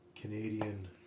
Canadian